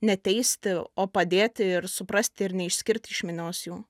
neteisti o padėti ir suprasti ir neišsiskirt iš minios jų